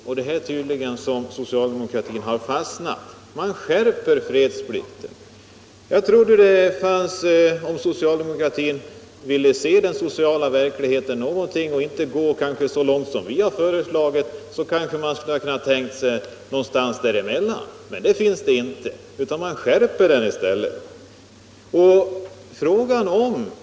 Jag trodde att socialdemokraterna, om de ville se den sociala verkligheten, skulle gå kanske inte så långt som vi har föreslagit men i alla fall en bit på vägen. Någon sådan strävan finns dock inte, utan man skärper fredsplikten i stället.